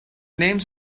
names